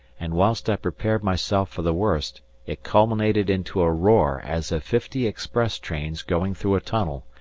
and whilst i prepared myself for the worst it culminated into a roar as of fifty express trains going through a tunnel,